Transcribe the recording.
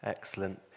Excellent